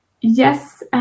yes